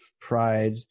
pride